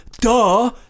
duh